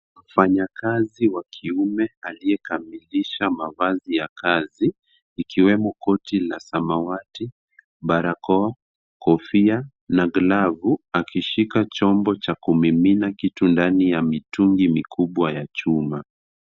Mfayakazi wa kiume aliyekamilisha mavazi ya kazi ikiwemo koti la samawati, barakoa, kofia na glavu, akishika chombo cha kumimina kitu ndani ya mitungi mikubwa ya chuma.